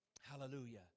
Hallelujah